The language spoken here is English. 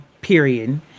period